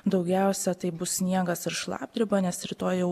daugiausia tai bus sniegas ir šlapdriba nes rytoj jau